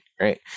right